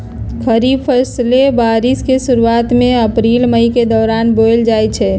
खरीफ फसलें बारिश के शुरूवात में अप्रैल मई के दौरान बोयल जाई छई